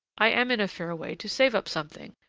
i am in a fair way to save up something,